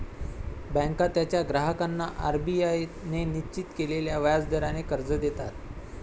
बँका त्यांच्या ग्राहकांना आर.बी.आय ने निश्चित केलेल्या व्याज दराने कर्ज देतात